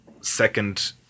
second